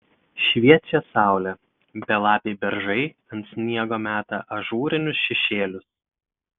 šviečia saulė belapiai beržai ant sniego meta ažūrinius šešėlius